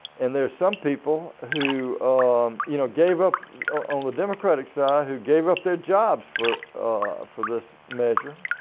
and there are some people who um you know gave up on the democratic side, who gave up their jobs for for this merger.